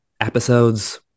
episodes